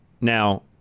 Now